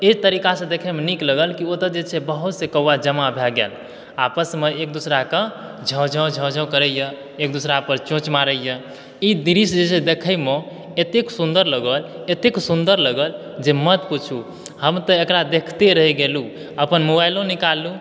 ई तरीकासऽ देखैमे नीक लगल की ओ तऽ जे छै बहुत से कौआ जमा भए गेल आपसमऽ एक दूसराकऽ झौं झौं झौं झौं करैए एक दूसरा पर चोञ्च मारैए ई दृश्य जे छै से देखैमऽ एतेक सुन्दर लगल एतेक सुन्दर लगल जे मत पूछू हम तऽ एकरा देखते रहि गेलूँ अपन मोबाइलो निकाललूँ